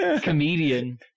comedian